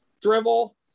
drivel